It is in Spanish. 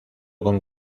con